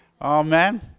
amen